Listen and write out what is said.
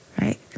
right